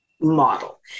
model